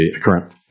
current